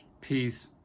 peace